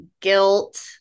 guilt